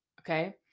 Okay